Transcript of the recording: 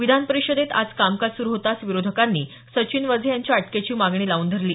विधान परिषदेत आज कामकाज सुरु होताच विरोधकांनी सचिन वझे यांच्या अटकेची मागणी लाऊन धरली